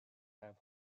have